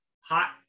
hot